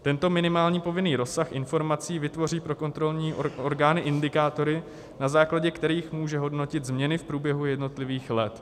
Tento minimální povinný rozsah informací vytvoří pro kontrolní orgány indikátory, na základě kterých může hodnotit změny v průběhu jednotlivých let.